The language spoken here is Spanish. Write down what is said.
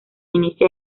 inicia